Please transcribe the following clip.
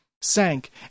sank